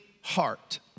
heart